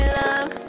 love